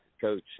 coach